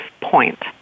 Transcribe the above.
point